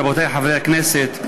רבותי חברי הכנסת,